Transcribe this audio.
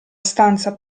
stanza